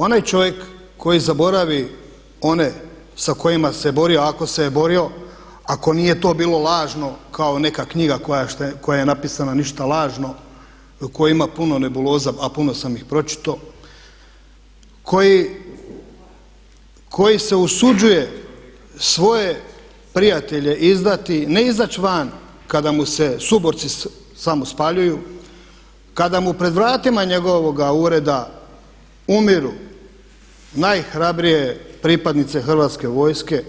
Onaj čovjek koji zaboravi one sa kojima se borio ako se je borio, ako to nije bilo lažno kao neka knjiga koja je napisana, ništa lažno i u kojoj ima puno nebuloza a puno sam ih pročitao, koji se usuđuje svoje prijatelje izdati, ne izaći van kada mu se suborci samo spaljuju, kada mu pred vratima njegova ureda umiru najhrabrije pripadnice Hrvatske vojske